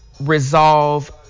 resolve